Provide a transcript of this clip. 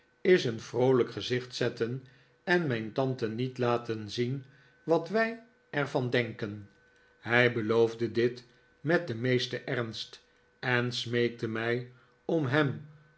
is een vroolijk gezicht zetten en mijn tante niet laten zien wat wij er van denken hij beloofde dit met den meesten ernst en smeekte mij om hem